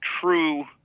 true